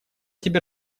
тебе